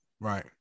Right